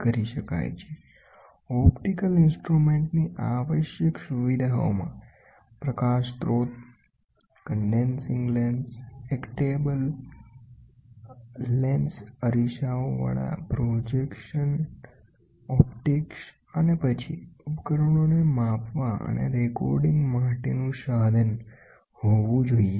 કરી શકાય છે ઓપ્ટિકલ ઇન્સ્ટ્રુમેન્ટની આવશ્યક સુવિધાઓમાં પ્રકાશ સ્રોત કન્ડેન્સિંગ લેન્સએક ટેબલલેન્સ અરીસાઓવાળા પ્રોજેક્શન ઓપ્ટિક્સ અને પછી ઉપકરણોને માપવા અને રેકોર્ડિંગ માટેનું સાધન હોવું જોઈએ